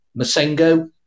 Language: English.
Masengo